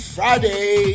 Friday